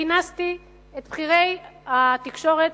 כינסתי את בכירי התקשורת.